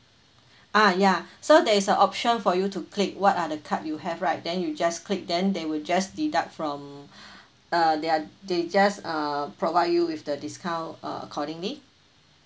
ah yeah so there is a option for you to click what are the card you have right then you just click then they will just deduct from the they are they just uh provide you with the discount uh accordingly